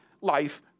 life